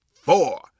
four